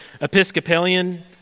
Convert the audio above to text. Episcopalian